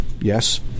Yes